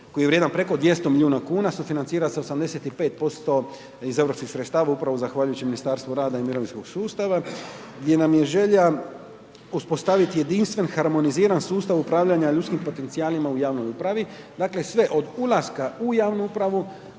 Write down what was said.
koji je vrijedan preko 200 milijuna kuna sufinancira s 85% iz europskih sredstava upravo zahvaljujući Ministarstvu rada i mirovinskog sustava gdje nam je želja uspostaviti jedinstven, harmoniziran sustav upravljanja ljudskim potencijalima u javnoj upravi. Dakle, sve od ulaska u javnu upravu,